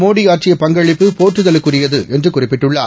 மோடி ஆற்றிய பங்களிப்பு போற்றுதற்குரியது என்று குறிப்பிட்டுள்ளார்